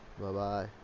Bye-bye